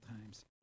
times